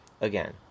again